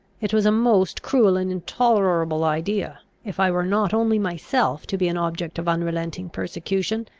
it was a most cruel and intolerable idea, if i were not only myself to be an object of unrelenting persecution,